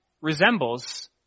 resembles